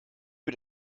bin